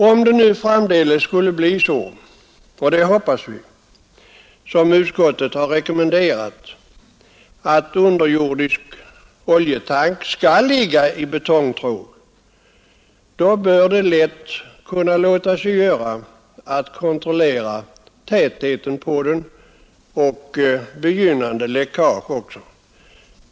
Om det framdeles skulle bli så som utskottet har rekommenderat — och det hoppas vi — att underjordisk oljetank skall ligga i betongtråg, bör det lätt kunna låta sig göra att kontrollera tätheten på den och upptäcka begynnande läckage.